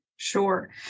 Sure